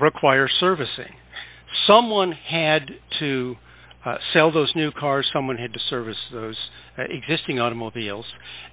require servicing someone had to sell those new cars someone had to service existing automobiles